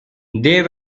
they